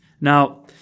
Now